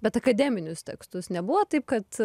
bet akademinius tekstus nebuvo taip kad